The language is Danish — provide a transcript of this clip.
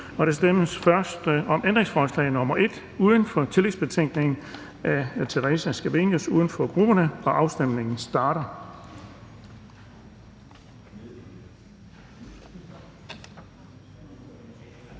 Der stemmes først om ændringsforslag nr. 11 uden for betænkningen af fru Theresa Scavenius (UFG), uden for grupperne. Afstemningen starter.